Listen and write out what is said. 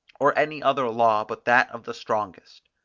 or any other law but that of the strongest.